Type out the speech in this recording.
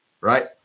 right